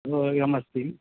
द्वयमस्ति